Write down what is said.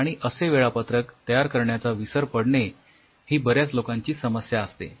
आणि असे वेळापत्रक तयार करण्याचा विसर पडणे ही बऱ्याच लोकांची समस्या असते